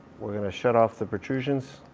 we're gonna shut off the protrusions.